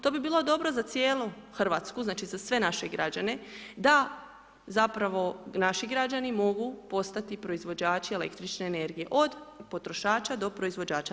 To bi bilo dobro za cijelu RH, znači za sve naše građane, da zapravo naši građani mogu postati proizvođači električne energije, od potrošača do proizvođača.